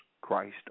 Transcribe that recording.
christ